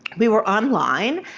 we were online.